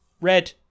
Red